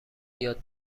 یاد